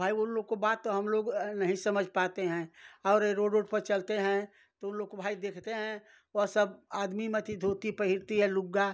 भाई उन लोग काी बात तो हमलोग नहीं समझ पाते हैं और ये रोड उड पर चलते हैं तो उन लोग को भाई देखते हैं वह सब आदमी मति धोती पहनती है लुँगा